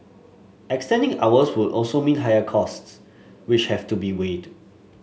extending hours would also mean higher costs which have to be weighed